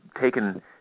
taken